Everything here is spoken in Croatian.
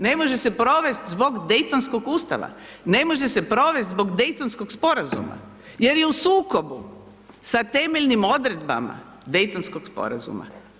Ne može se provesti zbog daytonskog Ustava, ne može se provesti zbog Daytonskog sporazuma jer je u sukobu sa temeljnim odredbama Daytonskog sporazuma.